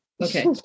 Okay